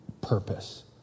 purpose